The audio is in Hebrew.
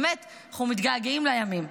באמת, אנחנו מתגעגעים לימים.